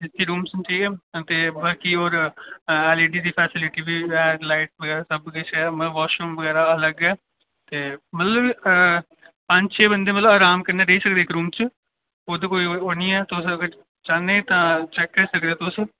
जी sir जेह्ड़े साढ़े hotel दे मतलब कि रूम दी फैसिलिटी बहुत बड़ी अच्छी ऐ तुस चेक करी सकदे अनलाइन चेक करी सकदे तुस असें इमेजिस पाई दियां ते रेट जेह्ड़ा रेंट बी जेह्ड़ा ओह् ते बिल्कुल सेही ऐ मतलब फैसिलिटी बी स्हेई ऐ ए सी रूम्स न